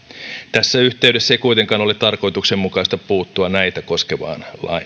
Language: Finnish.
tässä yhteydessä ei kuitenkaan ole tarkoituksenmukaista puuttua näitä koskevaan lainsäädäntöön